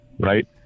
right